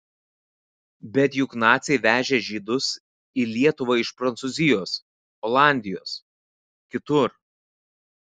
bet juk naciai vežė žydus į lietuvą iš prancūzijos olandijos kitur